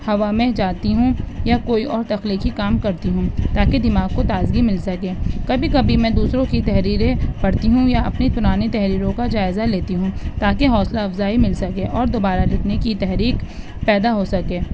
ہوا میں جاتی ہوں یا کوئی اور تخلیقی کام کرتی ہوں تاکہ دماغ کو تازگی مل سکے کبھی کبھی میں دوسروں کی تحریریں پڑھتی ہوں یا اپنی پرانی تحریروں کا جائزہ لیتی ہوں تاکہ حوصلہ افزائی مل سکے اور دوبارہ لکھنے کی تحریک پیدا ہو سکے